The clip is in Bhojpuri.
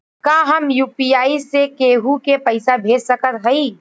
का हम यू.पी.आई से केहू के पैसा भेज सकत हई?